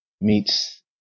meets